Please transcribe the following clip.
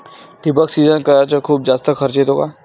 ठिबक सिंचन कराच खूप जास्त खर्च येतो का?